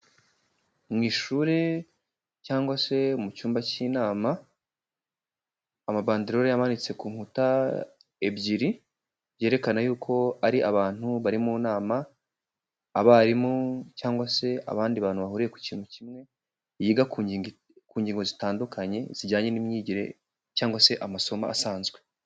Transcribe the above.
Mu ishuri cyangwa se mu cyumba cy'inama, amabanderore amanitse ku nkuta ebyiri, byerekana yuko ari abantu bari mu nama, abarimu cyangwa se abandi bantu bahuriye ku kintu kimwe, yiga ku ngingo, ku ngingo zitandukanye zijyanye n'imyigire cyangwa se amasomo asanzwe.